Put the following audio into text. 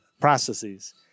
processes